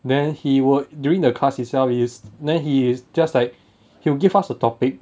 then he were during the class itself is then he is just like he'll give us a topic